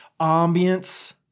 ambience